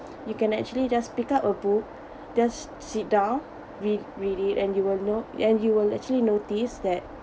you can actually just pick up a book just sit down re~ reading and you will know and you will actually notice that